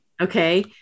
okay